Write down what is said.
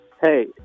Hey